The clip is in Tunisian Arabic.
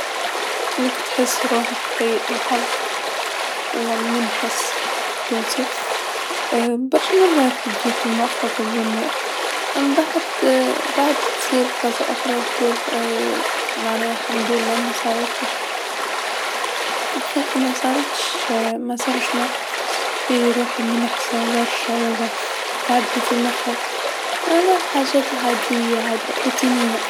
أنك تحس روحك سيء الحظ، لما نحس بالتونسي برشا مرات تجيك المخك الجمله أنبعد بعد تصير فرصه أخرى تقول راهي معناه الحمد لله مصارتش، ياخي ماصرتش مصارش موقف حسيت فيه روحي منحسه برشا و لا قعدلي في مخي، أنا حاجات عاديه روتينيه.